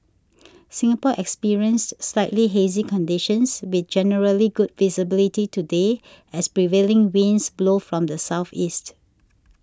Singapore experienced slightly hazy conditions with generally good visibility today as prevailing winds blow from the southeast